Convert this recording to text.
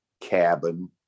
cabin